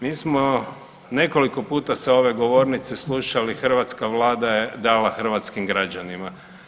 Mi smo nekoliko puta sa ove govornice slušali hrvatska Vlada je dala hrvatskim građanima.